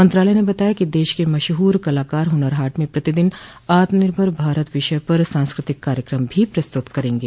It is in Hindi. मंत्रालय ने बताया कि देश के मशहूर कलाकार हुनर हाट में प्रतिदिन आत्मनिर्भर भारत विषय पर सांस्कृतिक कार्यक्रम भी प्रस्तुत करेंगे